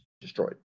destroyed